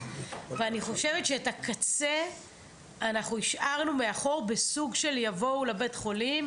ואני חושבת שאת הקצה אנחנו השארנו מאחור בסוג של יבואו לבית חולים,